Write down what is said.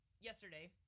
yesterday